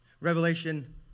Revelation